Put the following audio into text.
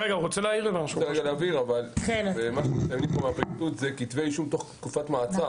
אני רוצה להבהיר שזה כתבי אישום תוך תקופת מעצר